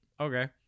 Okay